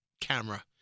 camera